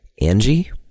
Angie